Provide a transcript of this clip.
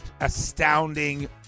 astounding